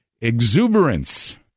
exuberance